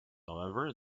however